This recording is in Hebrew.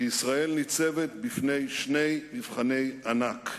כי ישראל ניצבת בפני שני מבחני ענק: